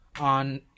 on